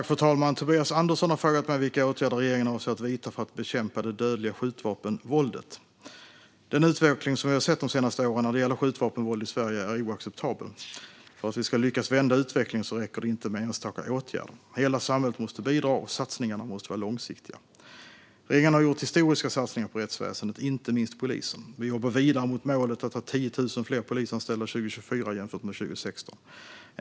Fru talman! Tobias Andersson har frågat mig vilka åtgärder regeringen avser att vidta för att bekämpa det dödliga skjutvapenvåldet. Den utveckling som vi har sett de senaste åren när det gäller skjutvapenvåld i Sverige är oacceptabel. För att vi ska lyckas vända utvecklingen räcker det inte med enstaka åtgärder. Hela samhället måste bidra, och satsningarna måste vara långsiktiga. Regeringen har gjort historiska satsningar på rättsväsendet, inte minst på polisen. Vi jobbar vidare mot målet att ha 10 000 fler polisanställda 2024 jämfört med 2016.